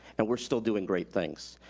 and we're still doing great things.